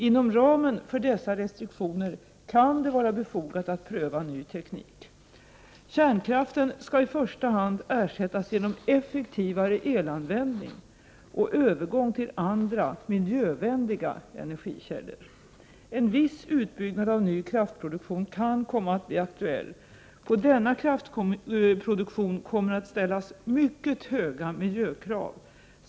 Inom ramen för dessa restriktioner kan det vara befogat att pröva ny teknik. Kärnkraften skall i första hand ersättas genom effektivare elanvändning och övergång till andra miljövänliga energikällor. En viss utbyggnad-av ny kraftproduktion kan komma att bli aktuell. På denna kraftproduktion kommer att ställas mycket höga miljökrav.